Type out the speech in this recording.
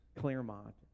Claremont